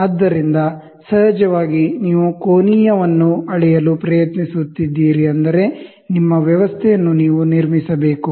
ಆದ್ದರಿಂದ ಸಹಜವಾಗಿ ನೀವು ಕೋನೀಯವನ್ನು ಅಳೆಯಲು ಪ್ರಯತ್ನಿಸುತ್ತೀರಿ ಅಂದರೆ ನಿಮ್ಮ ವ್ಯವಸ್ಥೆ ಅನ್ನು ನೀವು ನಿರ್ಮಿಸಬೇಕು